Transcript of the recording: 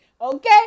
okay